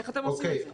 איך אתם עושים את זה?